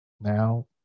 now